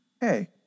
hey